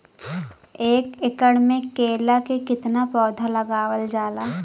एक एकड़ में केला के कितना पौधा लगावल जाला?